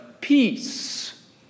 Peace